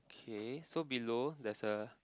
okay so below there's a